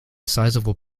sizable